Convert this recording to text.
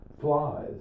flies